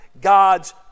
God's